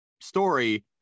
story